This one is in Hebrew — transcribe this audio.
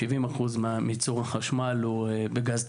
70% מייצור החשמל הוא בגז טבעי.